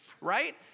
right